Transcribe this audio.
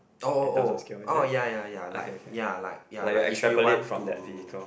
oh oh oh oh ya ya ya like ya like ya like if you want to